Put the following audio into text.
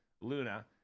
Luna